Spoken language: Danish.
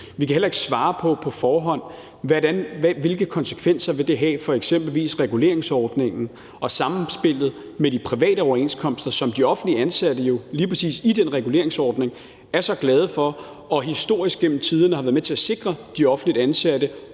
Vi kan heller ikke svare på på forhånd, hvilke konsekvenser det vil have for eksempelvis reguleringsordningen og samspillet med de private overenskomster, som de offentligt ansatte jo lige præcis i den reguleringsordning er så glade for, og som historisk gennem tiderne har været med til at sikre de offentligt ansatte